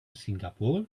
singapore